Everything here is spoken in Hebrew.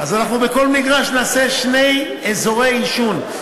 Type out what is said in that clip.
אז אנחנו בכל מגרש נעשה שני אזורי עישון,